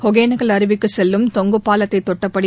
ஒகேனக்கல் அருவிக்கு செல்லும் தொங்கு பாலத்தை தொட்டபடி